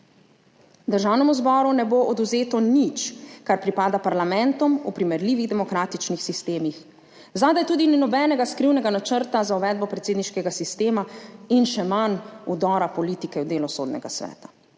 Državnemu zboru ne bo odvzeto nič, kar pripada parlamentom v primerljivih demokratičnih sistemih. Zadaj tudi ni nobenega skrivnega načrta za uvedbo predsedniškega sistema in še manj vdora politike v delo Sodnega sveta.